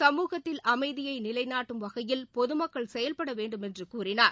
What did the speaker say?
சமூகத்தில் அமைதியை நிலைநாட்டும் வகையில் பொது மக்கள் செயல்பட வேண்டுமென்று கூறினார்